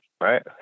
right